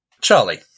Charlie